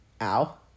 ow